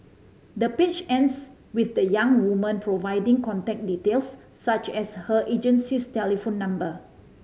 the page ends with the young woman providing contact details such as her agency's telephone number